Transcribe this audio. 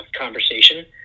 conversation